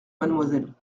mademoiselle